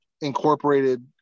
incorporated